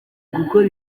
gukora